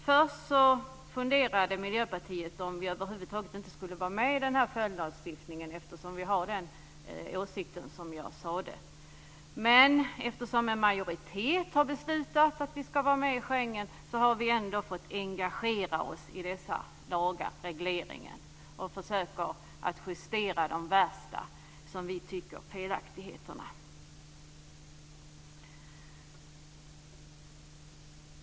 Först funderade vi i Miljöpartiet över om vi över huvud taget skulle vara med i en följdlagstiftning eftersom vi har den åsikt jag sade. Men eftersom en majoritet har beslutat att vi ska vara med i Schengensamarbetet har vi ändå fått engagera oss i dessa lagar och regleringar. Vi försöker att justera de, som vi tycker, värsta felaktigheterna.